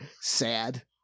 sad